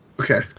Okay